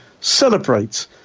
celebrate